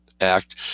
act